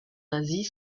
d’asie